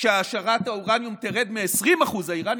שהעשרת האורניום תרד מ-20% האיראנים